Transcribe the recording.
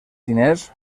diners